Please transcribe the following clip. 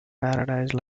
paradise